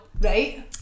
right